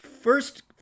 first